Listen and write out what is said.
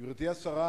גברתי השרה,